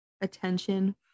attention